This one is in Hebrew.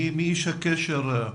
מי איש הקשר?